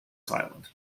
island